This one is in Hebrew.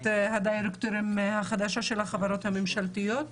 הדירקטורים החדשה של החברות הממשלתיות,